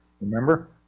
Remember